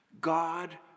God